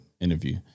interview